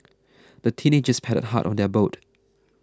the teenagers paddled hard on their boat